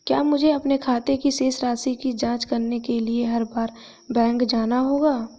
क्या मुझे अपने खाते की शेष राशि की जांच करने के लिए हर बार बैंक जाना होगा?